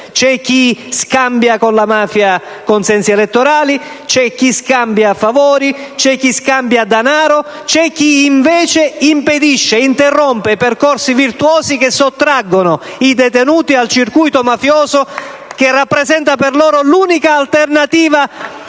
C'è chi scambia con la mafia consensi elettorali, c'è chi scambia favori, c'è chi scambia danaro, c'è chi invece impedisce, interrompe percorsi virtuosi che sottraggono i detenuti al circuito mafioso e che rappresentano per loro l'unica alternativa